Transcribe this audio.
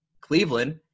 Cleveland